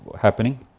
happening